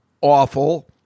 awful